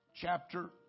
chapter